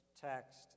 text